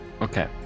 Okay